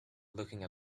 looking